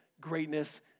greatness